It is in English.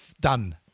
done